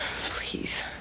please